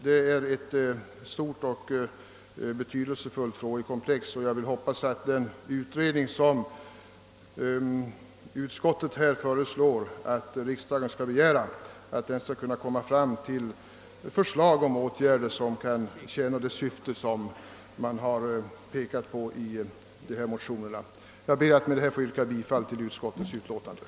Det gäller ett stort och betydelsefullt frågekomplex, och jag vill uttala den förhoppningen att den utredning som utskottet föreslår att riksdagen skall begära kan framlägga förslag till åtgärder som tjänar det i motionerna aktualiserade syftet att få till stånd en minskning av tobakskonsumtionen. Med detta ber jag att få yrka bifall till utskottets hemställan.